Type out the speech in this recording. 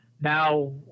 now